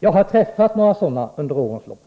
Jag har träffat några sådana under årens lopp.